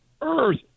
earth